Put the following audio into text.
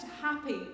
happy